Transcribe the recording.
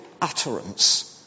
utterance